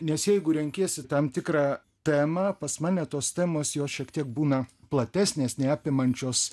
nes jeigu renkiesi tam tikrą temą pas mane tos temos jos šiek tiek būna platesnės nei apimančios